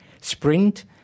Sprint